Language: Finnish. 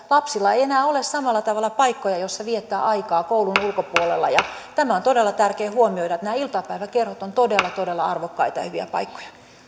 lapsilla ei enää ole samalla tavalla paikkoja missä viettää aikaa koulun ulkopuolella tämä on todella tärkeää huomioida että nämä iltapäiväkerhot ovat todella todella arvokkaita ja hyviä paikkoja